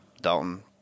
Dalton